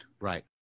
right